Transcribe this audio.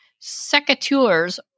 Secateurs